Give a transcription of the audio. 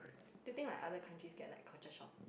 do you think like other countries get like culture shock